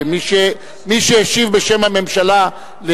ומי שהשיב בשם הממשלה,